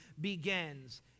begins